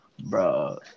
bro